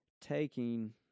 taking